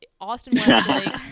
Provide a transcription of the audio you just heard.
Austin